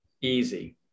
easy